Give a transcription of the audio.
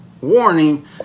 warning